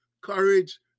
courage